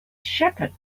shepherd